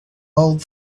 old